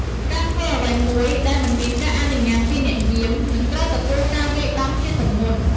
ការធ្វើអ្វីមួយដែលមិនមានការអនុញ្ញាតពីអ្នកយាម នឹងត្រូវទទួលការវាយដំជាទម្ងន់។